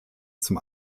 zum